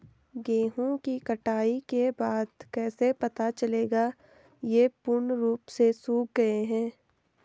गेहूँ की कटाई के बाद कैसे पता चलेगा ये पूर्ण रूप से सूख गए हैं?